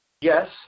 Yes